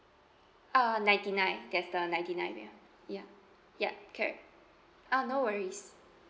uh ninety nine ya uh ninety nine ya ya correct ah no worries